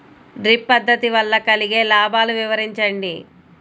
Drip పద్దతి వల్ల కలిగే లాభాలు వివరించండి?